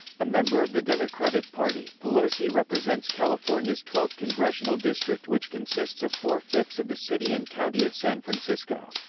a member of the democratic party, pelosi represents california's twelfth congressional district which consists of four-fifths of the city and county of san francisco.